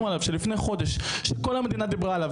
עליו של לפני חודש שכל המדינה דיברה עליו,